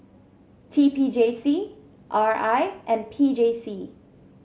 T P J C R I and P J C